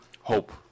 Hope